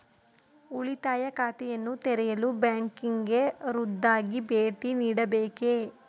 ಉಳಿತಾಯ ಖಾತೆಯನ್ನು ತೆರೆಯಲು ಬ್ಯಾಂಕಿಗೆ ಖುದ್ದಾಗಿ ಭೇಟಿ ನೀಡಬೇಕೇ?